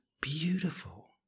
beautiful